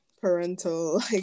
parental